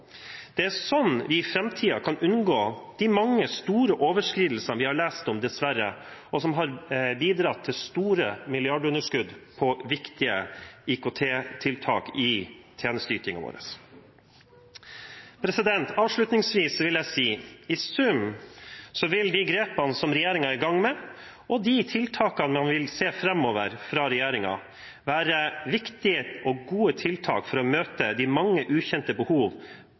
Det er sånn vi i framtiden kan unngå de mange store overskridelsene som vi dessverre har lest om, og som har bidratt til store milliardunderskudd i viktige IKT-tiltak i tjenesteytingen vår. Avslutningsvis vil jeg si at i sum vil de grepene som regjeringen er i gang med, og de tiltakene man vil se framover fra regjeringen, være viktige og gode tiltak for å møte de mange ukjente behov